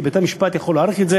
כי בית-המשפט יכול להאריך את זה